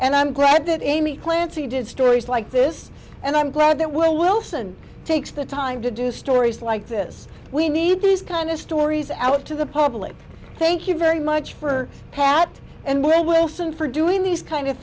and i'm glad that amy clancy did stories like this and i'm glad that wilson takes the time to do stories like this we need these kind of stories out to the public thank you very much for pat and wilson for doing these kind of